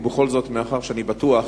בכל זאת, מאחר שאני בטוח